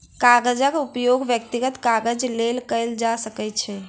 कागजक उपयोग व्यक्तिगत काजक लेल कयल जा सकै छै